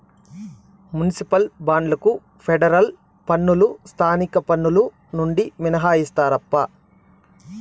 municipal బాండ్లకు federal పన్నులు స్థానిక పన్నులు నుండి మినహాయిస్తారప్పా